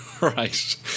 right